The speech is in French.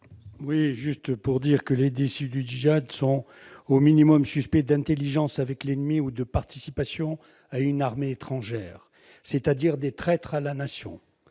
Leroy, pour la réplique. Les déçus du djihad sont, au minimum, suspects d'intelligence avec l'ennemi ou de participation à une armée étrangère. Ce sont donc des traîtres à la Nation.